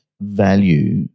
value